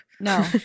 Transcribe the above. No